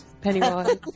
Pennywise